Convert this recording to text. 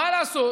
מה לעשות